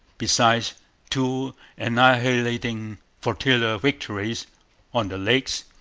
besides two annihilating flotilla victories on the lakes,